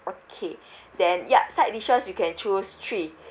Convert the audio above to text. okay then ya side dishes you can choose three